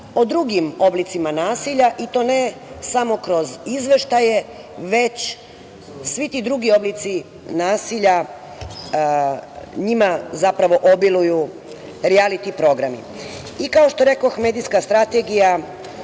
o drugim oblicima nasilja i to ne samo kroz izveštaje, već svi ti drugi oblici nasilja njima zapravo obiluju rijaliti programi. Kao što rekoh, medijska strategija